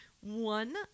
One